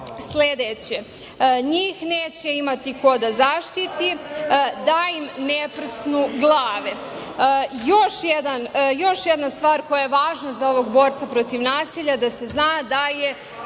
sledeće - njih neće imati ko da zaštiti, da im ne prsnu glave. Još jedna stvar koja je važna za ovog borca protiv nasilja da se zna da je